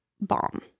bomb